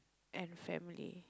and family